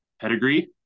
pedigree